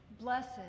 Blessed